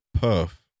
Puff